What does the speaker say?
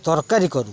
ତରକାରୀ କରୁ